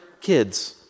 kids